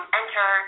enter